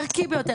הערכי ביותר,